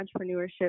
entrepreneurship